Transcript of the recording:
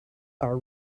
are